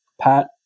Pat